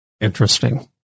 Interesting